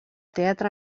teatre